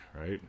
Right